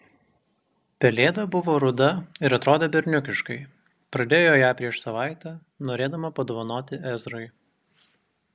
pelėda buvo ruda ir atrodė berniukiškai pradėjo ją prieš savaitę norėdama padovanoti ezrai